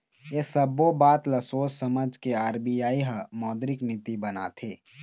ऐ सब्बो बात ल सोझ समझ के आर.बी.आई ह मौद्रिक नीति बनाथे